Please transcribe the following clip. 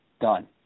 done